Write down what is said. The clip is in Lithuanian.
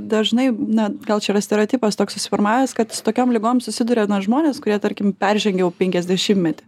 dažnai na gal čia yra stereotipas toks susiformavęs kad su tokiom ligom susiduria žmonės kurie tarkim peržengia jau penkiasdešimtmetį